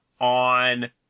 on